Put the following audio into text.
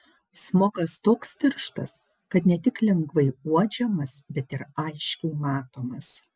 smogas toks tirštas kad ne tik lengvai uodžiamas bet ir aiškiai matomas